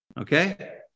Okay